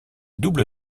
double